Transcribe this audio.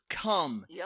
come